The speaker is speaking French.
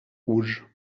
rouge